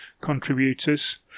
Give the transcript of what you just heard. contributors